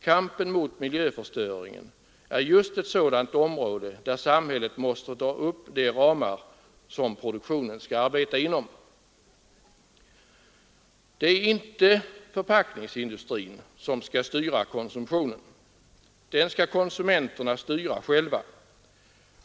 Kampen mot miljöförstöringen är just ett sådant område där samhället måste dra upp de ramar inom vilka produktionen skall arbeta. Det är inte förpackningsindustrin som skall styra konsumtionen! Den skall konsumenterna styra själva.